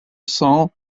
cents